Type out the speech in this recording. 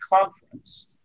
conference